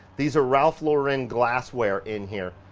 these are ralph lauren glassware in here,